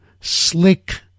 slick